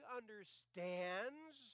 understands